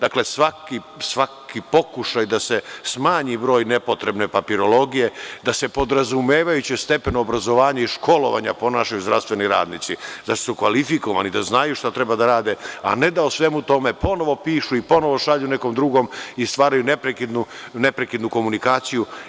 Dakle, svaki pokušaj da se smanji nepotrebne papirologije, da se podrazumevajući stepen obrazovanja i školovanja naših zdravstvenih radnika, da su kvalifikovani da znaju šta treba da rade, a ne da o svemu tome ponovo pišu i ponovo šalju nekom drugim, i stvaraju neprekidnu komunikaciju.